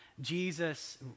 Jesus